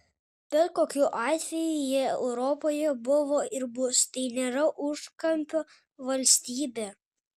bet kokiu atveju jie europoje buvo ir bus tai nėra užkampio valstybė